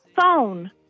Phone